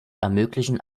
ermöglichen